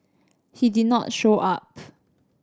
he did not show up